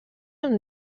amb